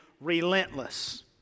relentless